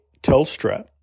Telstra